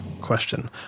question